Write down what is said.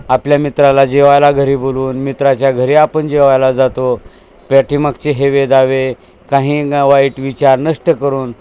आपल्या मित्राला जेवायला घरी बोलून मित्राच्या घरी आपण जेवायला जातो पाठीमागचे हेवे दावे काही वाईट विचार नष्ट करून